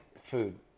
food